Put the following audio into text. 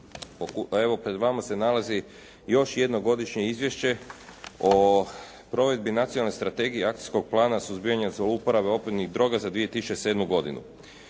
evo pred vama se nalazi još jedno godišnje izvješće o provedbi Nacionalne strategije akcijskog plana suzbijanja, zlouporabe opojnih droga za 2007. godinu.